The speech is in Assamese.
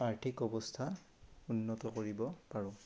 আৰ্থিক অৱস্থা উন্নত কৰিব পাৰোঁ